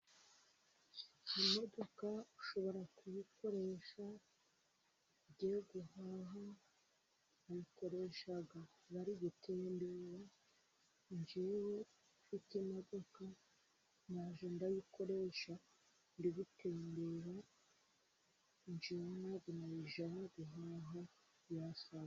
Iyi modoka ushobora kuyikoresha ugiye guhaha, bayikoresha barigutembera, njyewe mfite imodoka najya nyikoresha ndi gutembera njyewe ntabwo nayijyana guhaha..